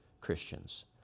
christians